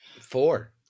Four